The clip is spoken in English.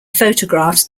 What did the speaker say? photographs